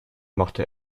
machte